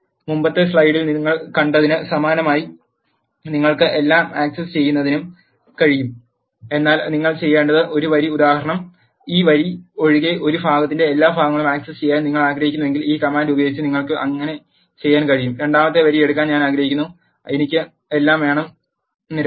മുമ്പത്തെ സ്ലൈഡിൽ നിങ്ങൾ കണ്ടതിന് സമാനമായി നിങ്ങൾക്ക് എല്ലാം ആക്സസ് ചെയ്യാനും കഴിയും എന്നാൽ നിങ്ങൾ ചെയ്യേണ്ട ഒരു വരി ഉദാഹരണം ഈ വരി ഒഴികെ ഒരു ഭാഗത്തിന്റെ എല്ലാ ഭാഗങ്ങളും ആക്സസ് ചെയ്യാൻ നിങ്ങൾ ആഗ്രഹിക്കുന്നുവെങ്കിൽ ഈ കമാൻഡ് ഉപയോഗിച്ച് നിങ്ങൾക്ക് അങ്ങനെ ചെയ്യാൻ കഴിയും രണ്ടാമത്തെ വരി എടുക്കാൻ ഞാൻ ആഗ്രഹിക്കുന്നു എനിക്ക് എല്ലാം വേണം നിരകൾ